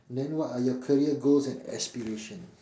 then what are your career goals and aspiration